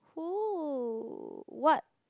who what